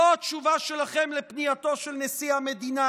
זו התשובה שלכם על פנייתו של נשיא המדינה?